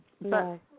No